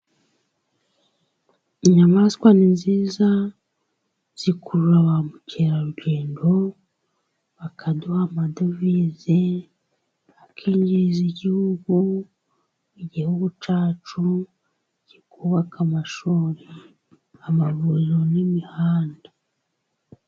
Inyamaswa ni nziza zikurura ba mukerarugendo bakaduha amadovize, bakinjiriza igihugu. Igihugu cyacu kikubaka amashuri, amavuriro, n'imihanda.